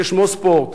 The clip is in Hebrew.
ששמו ספורט,